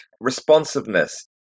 responsiveness